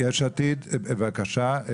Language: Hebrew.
יש עתיד, בבקשה.